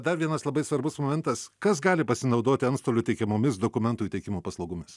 dar vienas labai svarbus momentas kas gali pasinaudoti antstolių teikiamomis dokumentų įteikimo paslaugomis